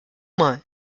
mal